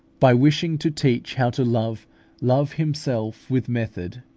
by wishing to teach how to love love himself with method,